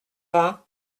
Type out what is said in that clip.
vingt